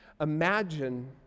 imagine